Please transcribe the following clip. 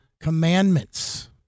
commandments